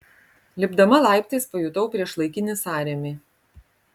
lipdama laiptais pajutau priešlaikinį sąrėmį